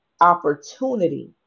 opportunity